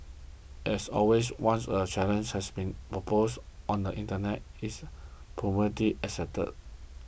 as always once a challenge has been proposed on the Internet it is promptly accepted